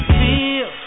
feel